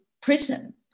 prison